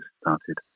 started